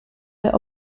der